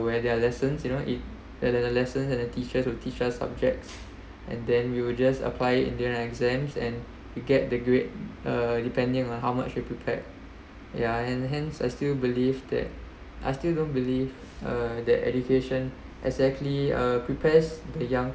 where there are lessons you know it where there are lessons and the teachers will teach us subjects and then you will just apply in the exams and you get the grade uh depending on how much you prepared ya and hence I still believe that I still don't believe uh that education exactly uh prepares the young